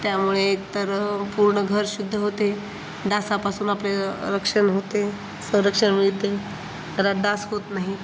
त्यामुळे एक तर पूर्ण घर शुद्ध होते डासापासून आपले रक्षण होते संरक्षण मिळते घरात डास होत नाही